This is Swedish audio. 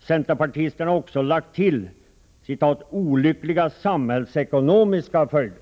Centerpartisterna har också lagt till ”olyckliga ——— samhällsekonomiska följder”.